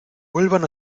vuelvan